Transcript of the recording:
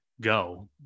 go